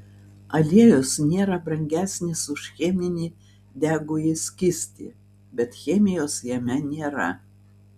aliejus nėra brangesnis už cheminį degųjį skystį bet chemijos jame nėra